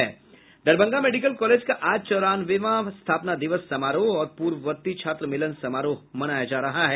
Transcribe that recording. Darbhanga medical college का आज चौरानवेवाँ स्थापना दिवस समारोह और पूर्ववर्ती छात्र मिलन समारोह मनाया जा रहा है